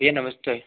भैया नमस्ते